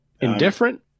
Indifferent